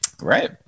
Right